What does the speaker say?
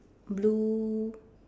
blue